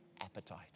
appetite